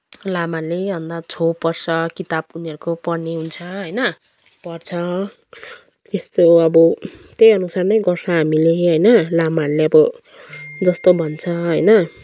लामाले अन्त छो पढ्छ किताब उनीहरूको पढ्ने हुन्छ होइन पढ्छ त्यस्तो अब त्यही अनुसार नै गर्छ हामीले होइन लामाहरूले अब जस्तो भन्छ होइन